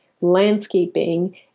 landscaping